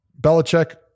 Belichick